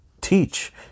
Teach